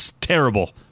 Terrible